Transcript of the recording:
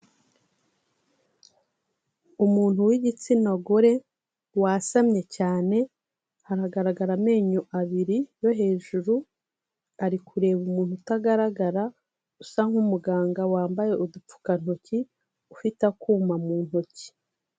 Umuntu w'igitsina gore wasamye cyane, haragaragara amenyo abiri yo hejuru, ari kureba umuntu utagaragara usa nk'umuganga wambaye udupfukantoki, ufite akuma mu ntoki.